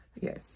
Yes